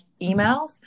emails